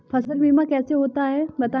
फसल बीमा कैसे होता है बताएँ?